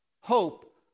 hope